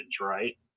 right